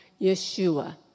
Yeshua